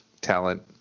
talent